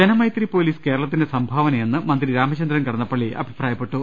Janamaithri police കേരളത്തിന്റെ സംഭാവനയെന്ന് മന്ത്രി രാമ ചന്ദ്രൻ കടന്നപ്പള്ളി പറഞ്ഞു